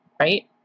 Right